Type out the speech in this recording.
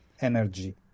energy